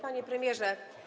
Panie Premierze!